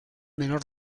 menor